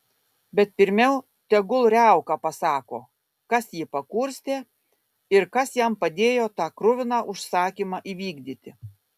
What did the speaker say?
bet pirmiau tegul riauka pasako kas jį pakurstė ir kas jam padėjo tą kruviną užsakymą įvykdyti